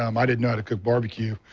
um i didn't know how to cook barbecue,